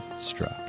struck